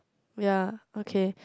ya okay